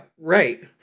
right